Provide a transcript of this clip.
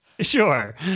sure